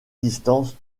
distance